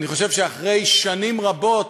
אני חושב שאחרי שנים רבות